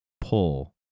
pull